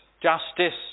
justice